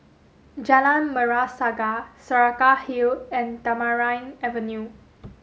Jalan Merah Saga Saraca Hill and Tamarind Avenue